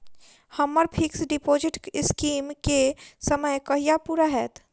हम्मर fix deposit scheme केँ समय कहिया पूरा हैत?